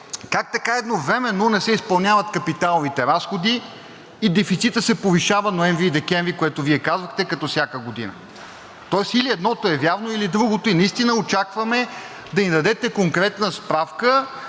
как така едновременно не се изпълняват капиталовите разходи и дефицитът се повишава ноември и декември, което Вие казахте, като всяка година? Тоест или едното е вярно, или другото и наистина очакваме да ни дадете конкретна справка,